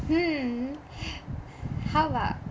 hmm how about